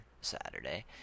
Saturday